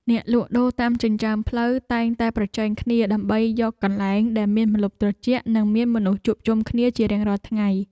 អ្នកលក់ដូរតាមចិញ្ចើមផ្លូវតែងតែប្រជែងគ្នាដណ្តើមយកកន្លែងដែលមានម្លប់ត្រជាក់ និងមានមនុស្សជួបជុំគ្នាជារៀងរាល់ថ្ងៃ។